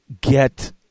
get